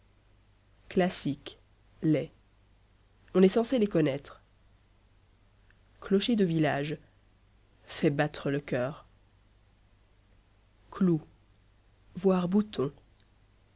classiques les on est censé les connaître clocher de village fait battre le coeur clou v boutons